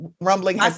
rumbling